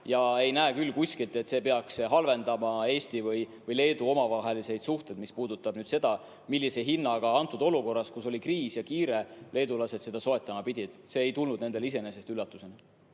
Ma ei näe küll kuskilt, et see peaks halvendama Eesti ja Leedu omavahelisi suhteid, mis puudutab seda, millise hinnaga olukorras, kus oli kriis ja kiire, leedulased seda soetama pidid. See ei tulnud nendele iseenesest üllatusena.